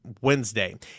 wednesday